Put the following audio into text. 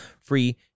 free